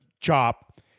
chop